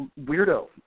weirdo